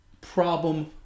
problem